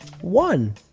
one